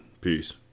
Peace